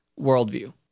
worldview